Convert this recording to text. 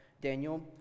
Daniel